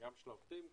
של העובדים,